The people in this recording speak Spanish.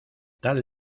tal